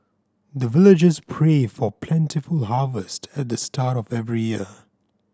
the villagers pray for plentiful harvest at the start of every year